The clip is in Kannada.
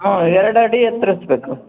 ಹ್ಞೂ ಎರಡು ಅಡಿ ಎತ್ತರಿಸ್ಬೇಕು